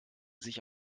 sich